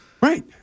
Right